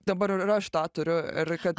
dabar ir ir aš tą turiu ir kad